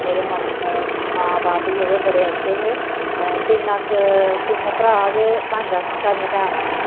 मेरे मम्मी मां बाप जेह्ड़े बड़े अच्छे हे तिन अस तिन भ्राऽ ते पंज अस सारियां भैनां न